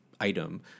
item